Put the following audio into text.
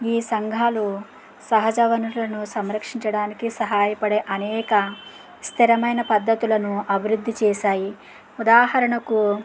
ఈ సంఘాలు సహజ వనరులను సమరక్షించడానికి సహాయపడే అనేక స్థిరమైన పద్దతులను అభివృద్ది చేశాయి ఉదాహరణకు